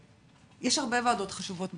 יש הרבה ועדות חשובות בכנסת,